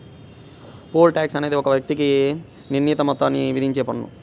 pole tax అనేది ఒక వ్యక్తికి నిర్ణీత మొత్తాన్ని విధించే పన్ను